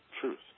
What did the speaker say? truth